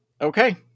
Okay